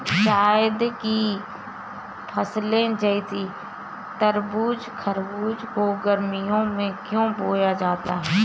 जायद की फसले जैसे तरबूज़ खरबूज को गर्मियों में क्यो बोया जाता है?